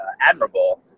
admirable